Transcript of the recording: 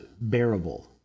bearable